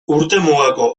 urtemugako